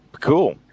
Cool